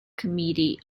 committee